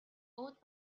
өөд